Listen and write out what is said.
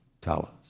talents